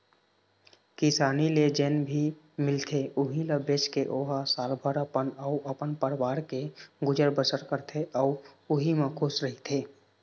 किसानी ले जेन भी मिलथे उहीं ल बेचके ओ ह सालभर अपन अउ अपन परवार के गुजर बसर करथे अउ उहीं म खुस रहिथे